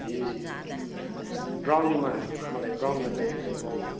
ए ब्राउनमा मलाई ब्राउनमा चाहिएको थियो हौ ब्राउनमा